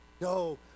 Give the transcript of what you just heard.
No